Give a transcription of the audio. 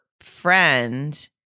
friend